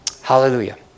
Hallelujah